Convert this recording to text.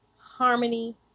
harmony